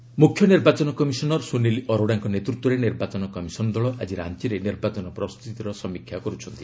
ଝାଡ଼ଖଣ୍ଡ ଇସିପି ମୁଖ୍ୟ ନିର୍ବାଚନ କମିଶନର୍ ସୁନିଲ୍ ଅରୋଡାଙ୍କ ନେତୃତ୍ୱରେ ନିର୍ବାଚନ କମିଶନ୍ ଦଳ ଆଜି ରାଞ୍ଚରେ ନିର୍ବାଚନ ପ୍ରସ୍ତୁତିର ସମୀକ୍ଷା କରୁଛନ୍ତି